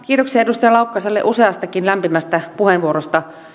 kiitoksia edustaja laukkaselle useastakin lämpimästä puheenvuorosta